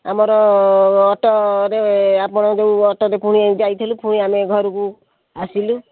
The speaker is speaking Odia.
ଆମର ଅଟୋରେ ଆପଣ ଯେଉଁ ଅଟୋରେ ପୁଣି ଯାଇଥିଲୁ ପୁଣି ଆମେ ଘରକୁ ଆସିଲୁ